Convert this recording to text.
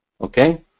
okay